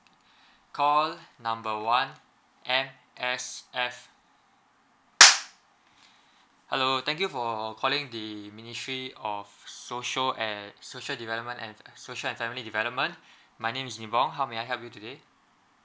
call number one M_S_F hello thank you for calling the ministry of social and social development and social and family development my name is nebong how may I help you today